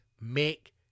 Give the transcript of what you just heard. make